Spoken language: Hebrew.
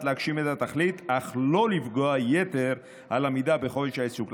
להגשים את התכלית אך לא לפגוע יתר על המידה בחופש העיסוק.